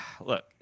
Look